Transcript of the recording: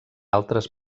altres